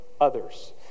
others